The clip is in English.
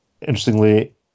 interestingly